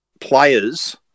players